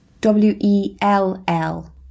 W-E-L-L